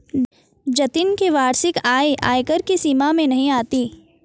जतिन की वार्षिक आय आयकर की सीमा में नही आती है